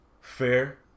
fair